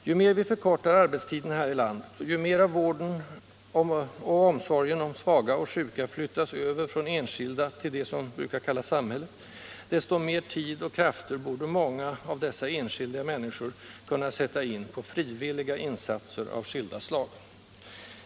Ju mer vi förkortar arbetstiden här i landet och ju mer av vården och omsorgen om svaga och sjuka flyttas över till det som brukar kallas samhället, desto mer tid och krafter borde många av de människor, vilkas arbetstid förkortats, kunna sätta in på frivilliga insatser av skilda slag.